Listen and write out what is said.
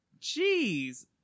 Jeez